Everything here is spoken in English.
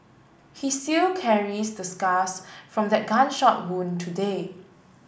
he seal carries the scars from that gunshot wound today